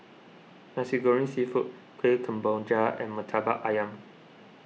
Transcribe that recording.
Nasi Goreng Seafood Kuih Kemboja and Murtabak Ayam